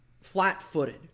flat-footed